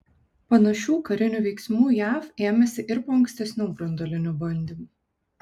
panašių karinių veiksmų jav ėmėsi ir po ankstesnių branduolinių bandymų